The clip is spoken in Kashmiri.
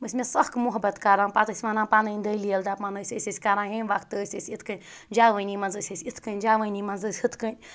تِم ٲسۍ مےٚ سخ مُحَبَت کَران پتہٕ ٲسۍ وَنان پَنٕنۍ دٔلیٖل دَپان ٲسۍ أسۍ ٲسۍ کَران ییٚمہِ وَقتہٕ ٲسۍ أسۍ یِتھ کٕنۍ کَران جَوٲنی منٛز ٲسۍ أسۍ یِتھ کٕنۍ جَوٲنی منٛز ٲسۍ أسۍ ہُتھ کٕنۍ